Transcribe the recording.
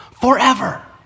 forever